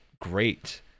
great